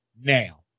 now